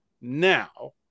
now